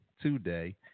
today